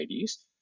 IDs